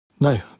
No